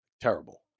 Terrible